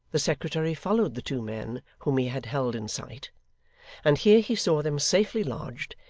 the secretary followed the two men whom he had held in sight and here he saw them safely lodged,